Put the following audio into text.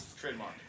Trademark